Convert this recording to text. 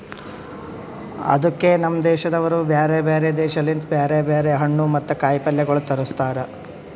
ಅದುಕೆ ನಮ್ ದೇಶದವರು ಬ್ಯಾರೆ ಬ್ಯಾರೆ ದೇಶ ಲಿಂತ್ ಬ್ಯಾರೆ ಬ್ಯಾರೆ ಹಣ್ಣು ಮತ್ತ ಕಾಯಿ ಪಲ್ಯಗೊಳ್ ತರುಸ್ತಾರ್